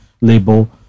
label